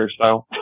hairstyle